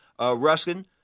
Ruskin